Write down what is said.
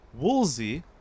Woolsey